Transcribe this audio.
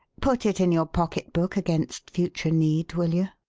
put it in your pocketbook against future need, will you?